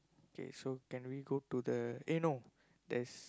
okay so can we go to the eh no there's